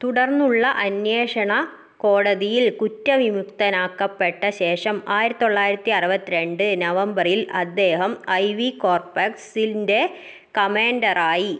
തുടർന്നുള്ള അന്വേഷണ കോടതിയിൽ കുറ്റവിമുക്തനാക്കപ്പെട്ട ശേഷം ആയിരത്തി തൊള്ളായിരത്തി അറുപതിരണ്ട് നവംബറിൽ അദ്ദേഹം ഐ വി കോർപ്സിൻ്റെ കമാൻഡറായി